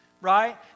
Right